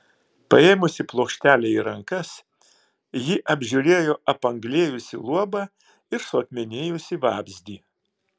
paėmusi plokštelę į rankas ji apžiūrėjo apanglėjusį luobą ir suakmenėjusį vabzdį